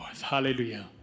Hallelujah